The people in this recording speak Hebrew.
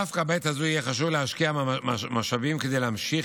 דווקא בעת הזאת יהיה חשוב להשקיע משאבים כדי להמשיך